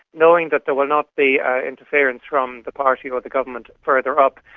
knowing that there will not be interference from the party or the government further up.